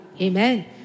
Amen